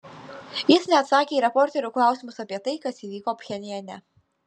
jis neatsakė į reporterių klausimus apie tai kas įvyko pchenjane